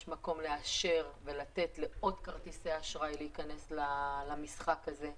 יש מקום לאשר ולתת לעוד כרטיסי אשראי להיכנס למשחק הזה,